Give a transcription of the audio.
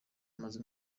amaze